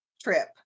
trip